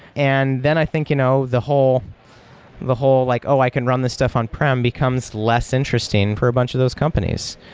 and i think you know the whole the whole like, oh, i can run this stuff on-prem, becomes less interesting for a bunch of those companies.